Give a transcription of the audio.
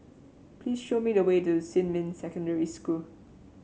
please show me the way to Xinmin Secondary School